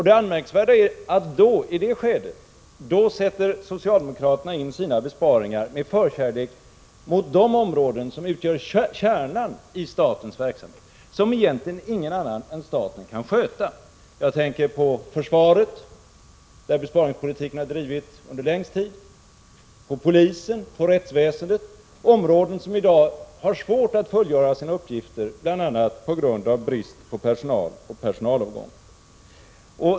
Det anmärkningsvärda är att socialdemokraterna i det skedet med förkärlek sätter in sina besparingar mot de områden som utgör kärnan i statens verksamhet, som egentligen ingen annan än staten kan sköta. Jag tänker på försvaret, där besparingspolitiken har drivits under längst tid, på polisen och på rättsväsendet — områden som i dag har svårt att fullgöra sina uppgifter, bl.a. på grund av brist på personal och personalavgångar.